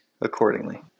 accordingly